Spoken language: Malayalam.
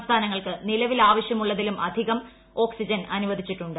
സംസ്ഥാനങ്ങൾക്ക് നിലവിൽ ആവശ്യമുള്ളതിലും അധികം ഓക്സ്പ്രിജൻ അനുവദിച്ചിട്ടുണ്ട്